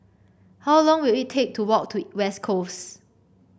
how long will it take to walk to West Coast